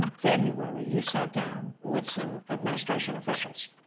ah february, you sat down with some administration officials,